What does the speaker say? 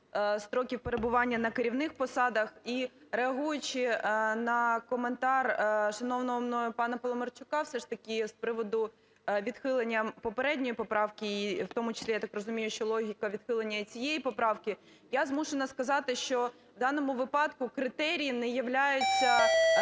строків перебування на керівних посадах. І, реагуючи на коментар шановного мною пана Паламарчука все ж таки з приводу відхилення попередньої поправки, і в тому числі, я так розумію, що логіка відхилення і цієї поправки, я змушена сказати, що в даному випадку критерії не являються